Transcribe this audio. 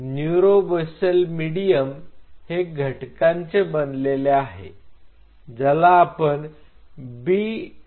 neuro Basel medium हे घटकांचे बनलेले आहे ज्याला आपण B27 म्हणतो